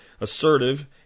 assertive